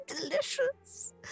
delicious